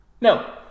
No